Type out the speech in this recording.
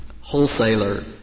wholesaler